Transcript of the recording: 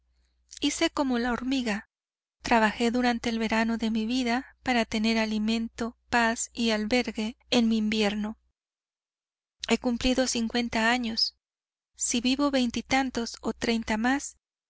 hice como la hormiga trabajé durante el verano de mi vida para tener alimento paz y albergue en mi invierno he cumplido cincuenta años si vivo veintitantos o treinta más